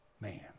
man